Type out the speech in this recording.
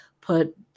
put